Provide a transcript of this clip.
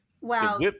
Wow